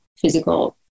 physical